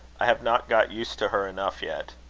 i have not got used to her enough yet.